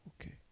Okay